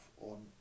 on